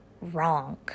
wrong